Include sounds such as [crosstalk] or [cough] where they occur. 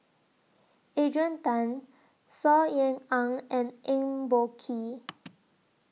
Adrian Tan Saw Ean Ang and Eng Boh Kee [noise]